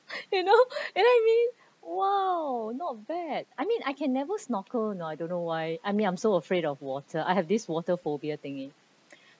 you know and I mean !wow! not bad I mean I can never snorkel you know I don't know why I mean I'm so afraid of water I have this water phobia thingy